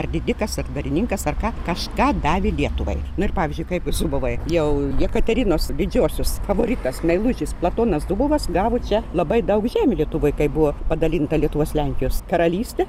ar didikas ar dvarininkas ar ką kažką davė lietuvai nu ir pavyzdžiui kaip zubovai jau jekaterinos didžiosios favoritas meilužis platonas zubovas gavo čia labai daug žemių lietuvoj kai buvo padalinta lietuvos lenkijos karalystė